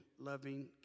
loving